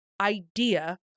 idea